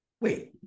Wait